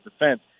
defense